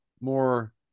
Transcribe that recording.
more